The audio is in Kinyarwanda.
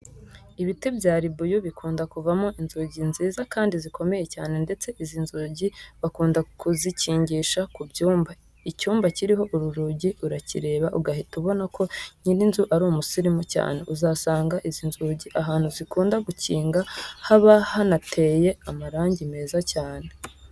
Ibiti bya ribuyu bikunda kuvamo inzugi nziza kandi zikomeye cyane ndetse izi nzugi bakunda kuzikingisha ku byumba. Icyumba kiriho uru rugi urakireba ugahita ubona ko nyir'inzu ari umusirimu cyane. Uzasanga izi nzugi ahantu zikunda gukinga haba hanateye amarangi meza cyane.